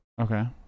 Okay